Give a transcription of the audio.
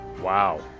Wow